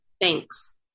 Thanks